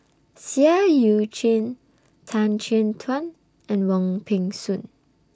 Seah EU Chin Tan Chin Tuan and Wong Peng Soon